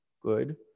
Good